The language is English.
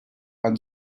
and